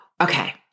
okay